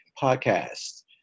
podcast